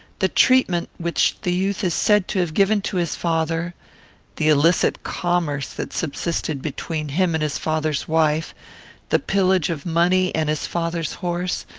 the treatment which the youth is said to have given to his father the illicit commerce that subsisted between him and his father's wife the pillage of money and his father's horse,